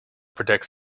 protects